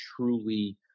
truly